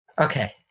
okay